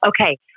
Okay